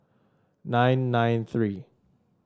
nine nine three